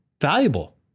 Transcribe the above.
valuable